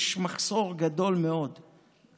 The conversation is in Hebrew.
יש מחסור משטרתי גדול מאוד במדינה,